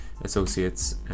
associates